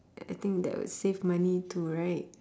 I think that would save money too right